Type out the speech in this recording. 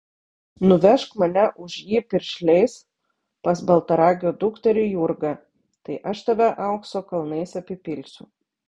nuvežk mane už jį piršliais pas baltaragio dukterį jurgą tai aš tave aukso kalnais apipilsiu